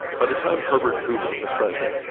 by the time herbert hoover was president,